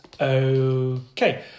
okay